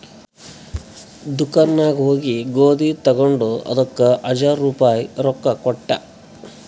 ದುಕಾನ್ ನಾಗ್ ಹೋಗಿ ಗೋದಿ ತಗೊಂಡ ಅದಕ್ ಹಜಾರ್ ರುಪಾಯಿ ರೊಕ್ಕಾ ಕೊಟ್ಟ